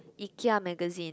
Ikea magazine